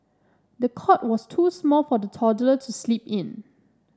the cot was too small for the toddler to sleep in